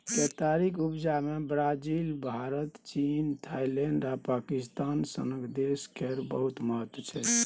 केतारीक उपजा मे ब्राजील, भारत, चीन, थाइलैंड आ पाकिस्तान सनक देश केर बहुत महत्व छै